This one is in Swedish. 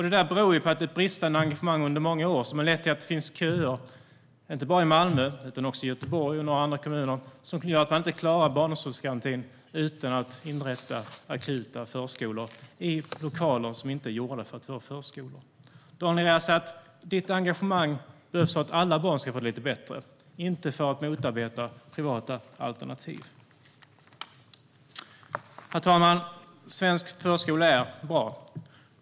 Detta beror på ett bristande engagemang under många år som har lett till att det finns köer, inte bara i Malmö utan också i Göteborg och i några andra kommuner som gör att man inte klarar barnomsorgsgarantin utan att inrätta akuta förskolor i lokaler som inte är gjorda för förskolor. Daniel Riazat! Ditt engagemang behövs för att alla barn ska få det lite bättre - inte för att motarbeta privata alternativ. Herr talman! Svensk förskola är bra.